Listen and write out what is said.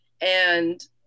and-